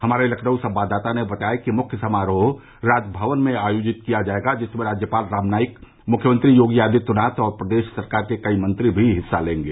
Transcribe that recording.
हमारे लखनऊ संवाददाता ने बताया कि मुख्य समारोह राजभवन में आयोजित किया जाएगा जिसमें राज्यपाल राम नाईक मुख्यमंत्री योगी आदित्यनाथ और प्रदेश सरकार के कई मंत्री भी हिस्सा लेंगे